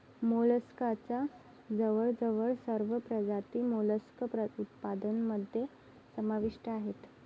मोलस्कच्या जवळजवळ सर्व प्रजाती मोलस्क उत्पादनामध्ये समाविष्ट आहेत